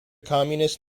communist